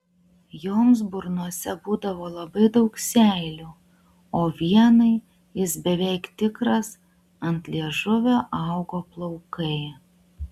joms burnose būdavo labai daug seilių o vienai jis beveik tikras ant liežuvio augo plaukai